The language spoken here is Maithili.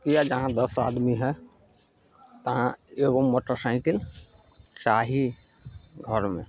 या जहाँ दस आदमी हइ तहाँ एगो मोटर साइकिल चाही घरमे